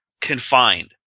confined